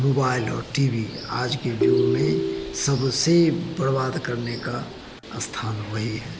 mobile और T V आज के युग में सब से बर्बाद करने का स्थान वही है